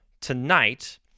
tonight